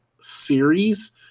series